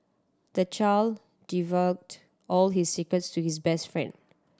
the child divulged all his secrets to his best friend